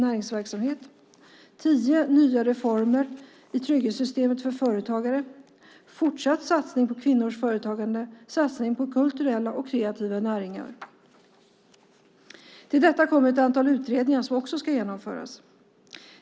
Vidare gäller det tio nya reformer i trygghetssystemet för företagare, en fortsatt satsning på kvinnors företagande och en satsning på kulturella och kreativa näringar. Till detta kommer ett antal utredningar som också ska genomföras.